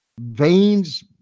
Veins